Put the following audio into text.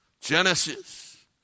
Genesis